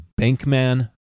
Bankman